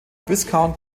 viscount